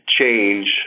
change